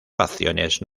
facciones